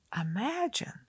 Imagine